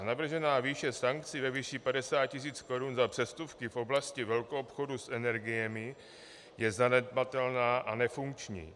Navržená výše sankcí ve výši 50 tisíc korun za přestupky v oblasti velkoobchodu s energiemi je zanedbatelná a nefunkční.